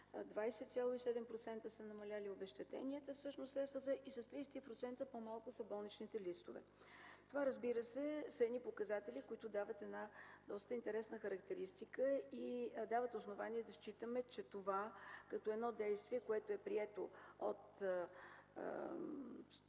20,7% са намалели обезщетенията, всъщност средствата, и с 33% по-малко са болничните листове. Разбира се, това са показатели, които дават доста интересна характеристика и дават основание да считаме, че това действие, прието от